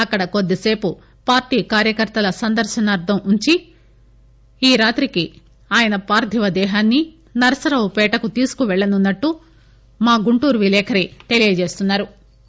అక్కడ కొద్దిసేపు పార్టీ కార్యకర్తల సందర్శనార్దం వుంచి ఈ రాత్రికి ఆయన పార్దివదేహాన్ని నరసరావుపేటకు తీసుకు పెళ్లనున్నట్లు మా గుంటూరు విలేకరి తెలియజేస్తున్సారు